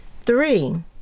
Three